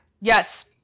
Yes